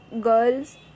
girls